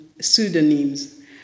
pseudonyms